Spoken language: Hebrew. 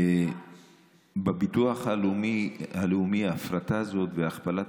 בביטוח הלאומי ההפרטה הזאת והכפלת